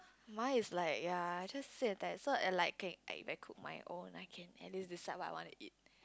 mine is like ya I just sick and tired so is like okay if I cook my own I can at least decide what I want to eat